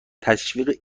تشویق